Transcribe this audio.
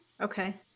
Okay